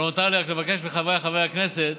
לא נותר לי אלא לבקש מחבריי חברי הכנסת